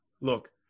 look